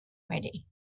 ready